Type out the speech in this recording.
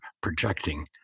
projecting